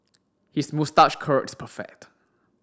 his moustache curl is perfect